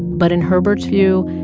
but in herbert's view,